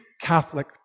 Catholic